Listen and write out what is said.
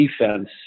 defense